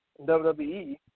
WWE